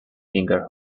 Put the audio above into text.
finger